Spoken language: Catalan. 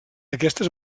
aquestes